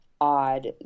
odd